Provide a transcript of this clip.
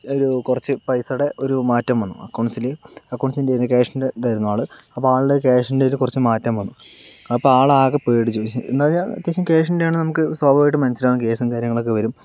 ഒരു കുറച്ച് പൈസയുടെ ഒരു മാറ്റം വന്നു അക്കൗണ്ട്സിൽ അക്കൗണ്ട്സിന്റേതിൽ ക്യാഷിൻ്റെ ഇതായിരുന്നു ആള് അപ്പോൾ ആളിൻ്റെ ക്യാഷിൻ്റെ ഇതിൽ കുറച്ച് മാറ്റം വന്നു അപ്പോൾ ആളാകെ പേടിച്ച് പോയി എന്ന് പറഞ്ഞാൽ അത്യാവശ്യം ക്യാഷിൻ്റെയാണെങ്കിൽ നമുക്ക് സ്വാഭാവികമായിട്ടും മനസ്സിലാകും കേസും കാര്യങ്ങളൊക്കെ വരും